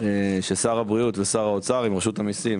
של שר הבריאות ושר האוצר עם רשות המיסים,